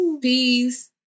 Peace